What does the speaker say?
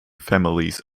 families